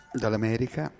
dall'America